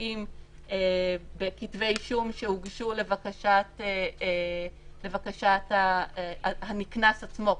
האם בכתבי אישום שהוגשו לבקשת הנקנס עצמו,